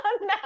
no